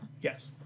Yes